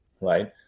right